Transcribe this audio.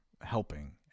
helping